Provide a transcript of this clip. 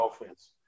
offense